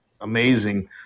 amazing